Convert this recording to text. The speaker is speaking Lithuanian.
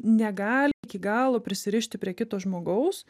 negali iki galo prisirišti prie kito žmogaus